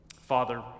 Father